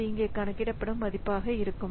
அது இங்கே கணக்கிடப்படும் மதிப்பாக இருக்கும்